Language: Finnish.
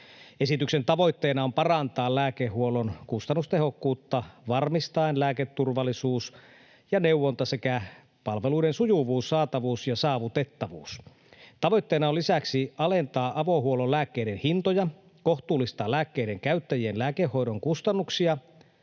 Esityksen tavoitteena on parantaa lääkehuollon kustannustehokkuutta varmistaen lääketurvallisuus ja neuvonta sekä palveluiden sujuvuus, saatavuus ja saavutettavuus. Tavoitteena on lisäksi alentaa avohuollon lääkkeiden hintoja, kohtuullistaa lääkkeiden käyttäjien lääkehoidon kustannuksia